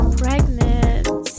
pregnant